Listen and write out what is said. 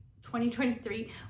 2023